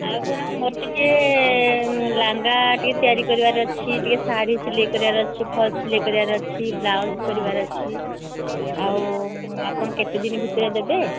ଆଉ କ'ଣ ମୋର ଟିକେ ଲାଙ୍ଗା ଟିକେ ତିଆରି କରିବାର ଅଛି ଟିକେ ଶାଢ଼ୀ ସିଲେଇ କରିବାର ଅଛି ଫଲ୍ ସିଲେଇ କରିବାର ଅଛି ବ୍ଲାଉଜ୍ କରିବାର ଅଛି ଆଉ ଆପଣ କେତେଦିନ ଭିତରେ ଦେବେ